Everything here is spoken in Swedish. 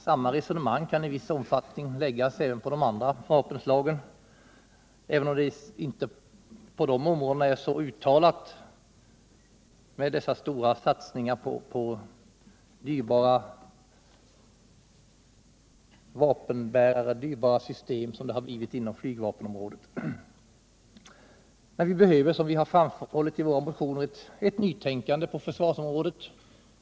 Samma resonemang kan i viss utsträckning föras även om de andra vapenslagen, Försvarspolitiken, även om det på dessa områden inte förekommer så stora satsningar på dyrbara vapenbärarsystem som inom flygvapnet. Vi behöver, som vi framhållit i våra motioner, ett nytänkande på försvarsområdet.